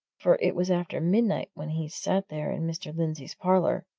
for it was after midnight when he sat there in mr. lindsey's parlour.